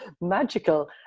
magical